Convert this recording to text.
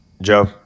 Joe